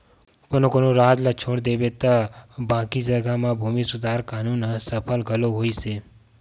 कोनो कोनो राज ल छोड़ देबे त बाकी जघा म भूमि सुधार कान्हून ह सफल घलो होइस हे